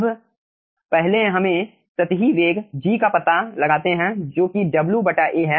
अब पहले हमें सतही वेग G का पता लगाते हैं जो कि W बटा A है